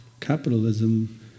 capitalism